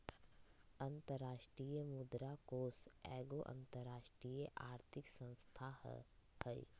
अंतरराष्ट्रीय मुद्रा कोष एगो अंतरराष्ट्रीय आर्थिक संस्था हइ